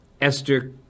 Esther